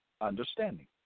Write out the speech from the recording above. understanding